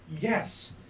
yes